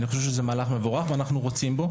אני חושב שזה מהלך מבורך ואנחנו רוצים בו.